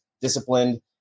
disciplined